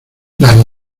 las